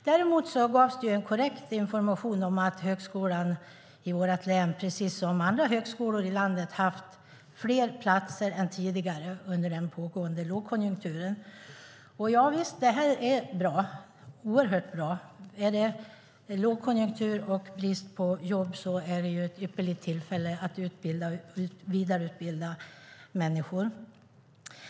Däremot gavs det en korrekt information om att högskolan i vårt län precis som andra högskolor i landet haft fler platser än tidigare under den pågående lågkonjunkturen. Det är oerhört bra. Är det lågkonjunktur och brist på jobb är det ett ypperligt tillfälle att vidareutbilda människor.